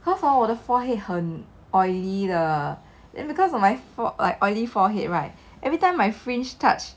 cause hor 我的 forehead 很 oily then because of my fore like oily forehead right every time my fringe touch